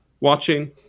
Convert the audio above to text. watching